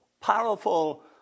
powerful